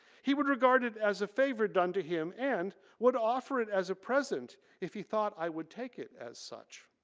he would regard it as a favor done to him and would offer it as a present if he thought i would take it as such.